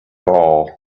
all